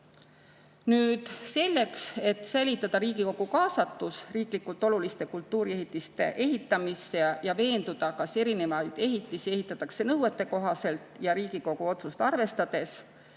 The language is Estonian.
Selleks, et säilitada Riigikogu kaasatus riiklikult oluliste kultuuriehitiste ehitamisse ja veenduda, kas erinevaid ehitisi ehitatakse nõuetekohaselt ja Riigikogu otsust arvestades,